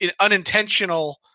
unintentional